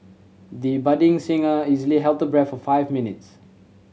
the budding singer easily held the breath for five minutes